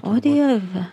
o dieve